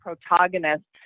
protagonists